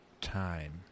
time